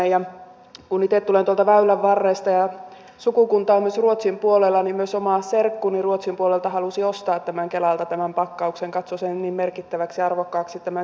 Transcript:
kun itse tulen tuolta väylän varresta ja sukukuntaa on myös ruotsin puolella niin myös oma serkkuni ruotsin puolelta halusi ostaa kelalta tämän pakkauksen katsoi sen niin merkittäväksi ja arvokkaaksi tämän sisällön